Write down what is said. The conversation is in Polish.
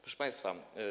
Proszę Państwa!